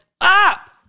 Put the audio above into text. up